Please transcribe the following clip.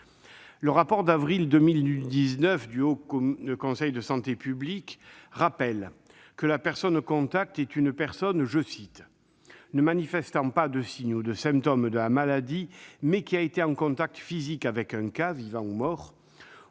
un rapport d'avril 2019, le Haut Conseil de la santé publique rappelle que la personne contact est une personne « ne manifestant pas de signes ou de symptômes de la maladie mais qui a été en contact physique avec un cas (vivant ou mort)